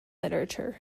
literature